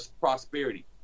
prosperity